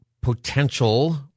potential